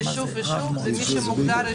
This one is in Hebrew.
יישובים.